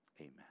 amen